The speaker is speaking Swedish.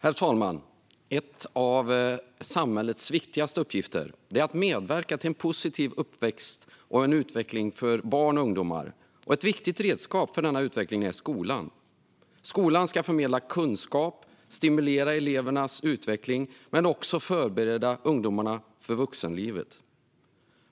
Herr talman! En av samhällets viktigaste uppgifter är att medverka till en positiv uppväxt och utveckling för barn och ungdomar. Ett viktigt redskap för denna utveckling är skolan. Skolan ska förmedla kunskap och stimulera elevernas utveckling men också förbereda ungdomarna för vuxenlivet.